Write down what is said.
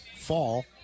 fall